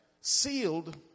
sealed